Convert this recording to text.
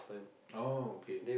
oh okay okay